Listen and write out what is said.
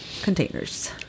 containers